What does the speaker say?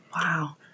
Wow